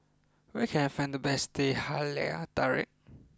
where can I find the best Teh Halia Tarik